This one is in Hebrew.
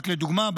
רק לדוגמה,